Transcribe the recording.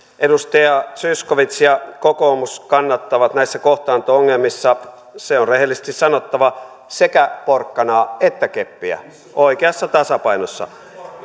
edustaja zyskowicz ja kokoomus kannattavat näissä kohtaanto ongelmissa se on rehellisesti sanottava sekä porkkanaa että keppiä oikeassa tasapainossa